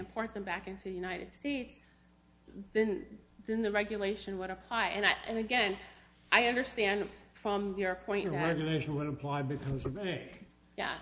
import them back into the united states then then the regulation would apply and i and again i understand from